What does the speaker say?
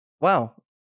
Wow